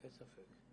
אין ספק.